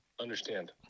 Understand